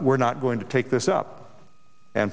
we're not going to take this up and